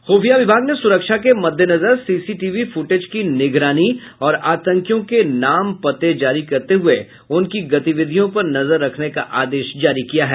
ख्रफिया विभाग ने सुरक्षा के मद्देनजर सीसी टीवी फूटेज की निगरानी और आतंकियों के नाम पते जारी करते हुये उनकी गतिविधियों पर नजर रखने का आदेश जारी किया है